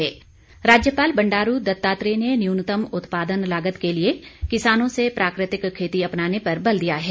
राज्यपाल राज्यपाल बंडारू दत्तात्रेय ने न्यूनतम उत्पादन लागत के लिए किसानों से प्राकृतिक खेती अपनाने पर बल दिया है